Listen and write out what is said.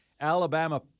Alabama